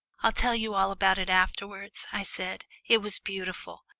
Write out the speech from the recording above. i'll tell you all about it afterwards, i said. it was beautiful.